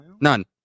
None